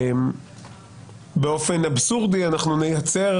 באופן אבסורדי אנחנו נייצר